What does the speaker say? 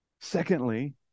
Secondly